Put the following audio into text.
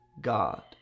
God